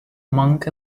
monk